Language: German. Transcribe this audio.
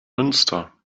münster